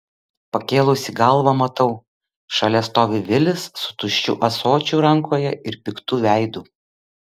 pakėlusi galvą matau šalia stovi vilis su tuščiu ąsočiu rankoje ir piktu veidu